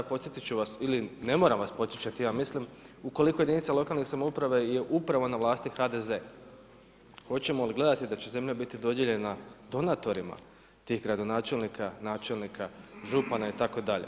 Podsjetit ću vas ili ne moram vas podsjećati, ja mislim ukoliko u jedinici lokalne samouprave je upravo na vlasti HDZ, hoćemo li gledati da će zemlja biti dodijeljena donatorima tih gradonačelnika, načelnika, župana itd.